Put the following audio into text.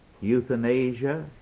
euthanasia